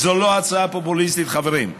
זו לא הצעה פופוליסטית, חברים.